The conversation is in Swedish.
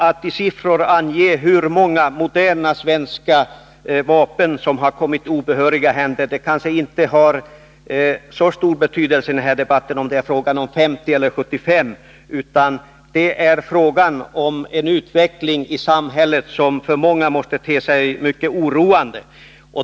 Att i siffror ange hur många moderna svenska vapen som kommit i obehöriga händer — om det är 50 eller 75 — kanske inte har så stor betydelse, utan det är utvecklingen i samhället som för många måste te sig mycket oroande.